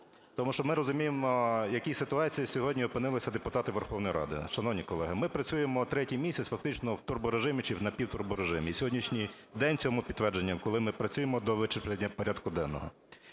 тому що ми розуміємо, в якій ситуації сьогодні опинилися депутати Верховної Ради. Шановні колеги, ми працюємо третій місяць, фактично, в турборежимі чи в напівтурборежимі. І сьогоднішній день цьому підтвердження, коли ми працюємо до вичерпання порядку денного.